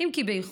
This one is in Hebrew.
אם כי באיחור.